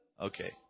Okay